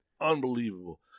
unbelievable